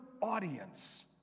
audience